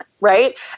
right